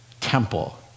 temple